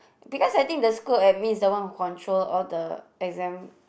because I think the school admin is the one who control all the exam